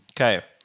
Okay